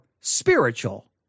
spiritual